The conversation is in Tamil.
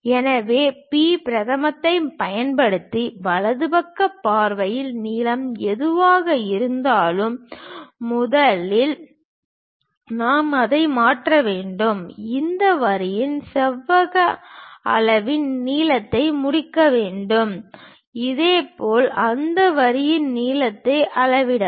எனவே B பிரதமத்தை பயன்படுத்தி வலது பக்க பார்வையில் நீளம் எதுவாக இருந்தாலும் முதலில் நாம் அதை மாற்ற வேண்டும் இந்த வரியின் செவ்வக அளவின் நீளத்தை முடிக்க வேண்டும் இதேபோல் அந்த வரியின் நீளத்தை அளவிடவும்